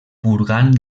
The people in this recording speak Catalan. purgant